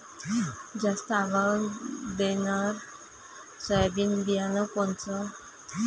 जास्त आवक देणनरं सोयाबीन बियानं कोनचं?